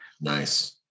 Nice